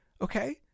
okay